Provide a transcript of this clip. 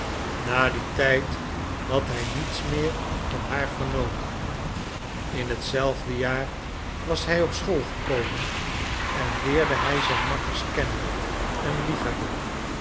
na dien tijd had hij niets meer van haar vernomen in hetzelfde jaar was hij op school gekomen en leerde hij zijn makkers kennen en liefhebben